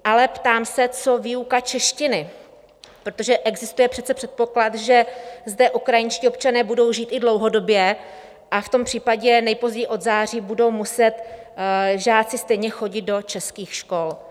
Ale ptám se, co výuka češtiny, protože existuje přece předpoklad, že zde ukrajinští občané budou žít i dlouhodobě, a v tom případě nejpozději od září budou muset žáci stejně chodit do českých škol.